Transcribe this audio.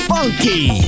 Funky